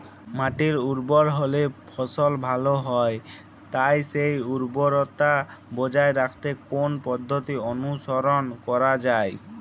মাটি উর্বর হলে ফলন ভালো হয় তাই সেই উর্বরতা বজায় রাখতে কোন পদ্ধতি অনুসরণ করা যায়?